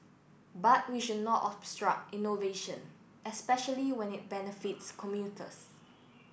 but we should not obstruct innovation especially when it benefits commuters